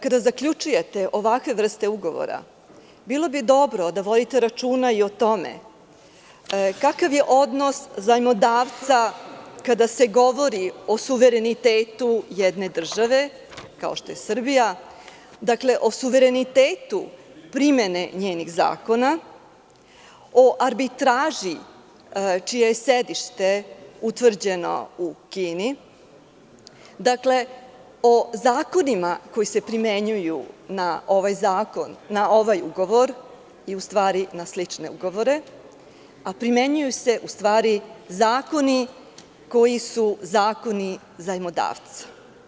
Kada zaključujete ovakvu vrstu ugovora, bilo bi dobro da vodite računa i o tome kakav je odnos zajmodavca kada se govori o suverenitetu jedne države kao što je Srbija, o suverenitetu primene njenih zakona, o arbitraži čije je sedište utvrđeno u Kini, o zakonima koji se primenjuju na ovaj ugovor i na slične ugovore, a primenjuju se zakoni koji su zakoni zajmodavca.